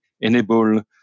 enable